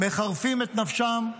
מחרפים את נפשם,